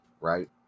right